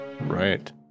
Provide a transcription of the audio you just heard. Right